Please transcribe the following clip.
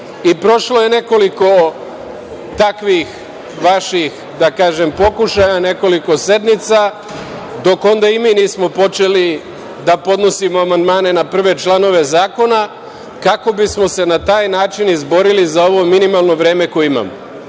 Prošlo je nekoliko takvih vaših, da kažem, pokušaja, nekoliko sednica, dok onda i mi nismo počeli da podnosimo amandmane na prve članove zakona kako bismo se na taj način izborili za ovo minimalno vreme koje